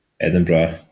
Edinburgh